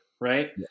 right